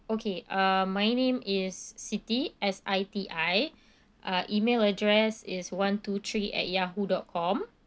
okay uh my name is siti S I T I uh email address is one two three at yahoo dot com